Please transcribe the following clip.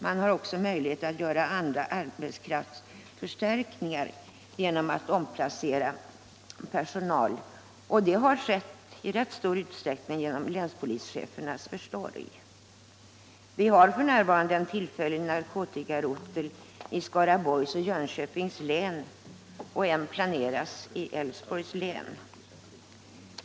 Man har också möjlighet att göra andra arbetskraftsförstärkningar genom att omplacera personal. Det har skett i rätt stor utsträckning genom länspolischefernas försorg. Vi har f.n. en tillfällig narkotikarotel i Skaraborgs och en i Jönköpings län, och en planeras i Älvsborgs län.